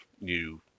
new